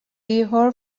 ieħor